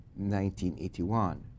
1981